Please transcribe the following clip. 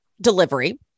delivery